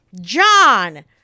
John